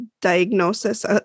diagnosis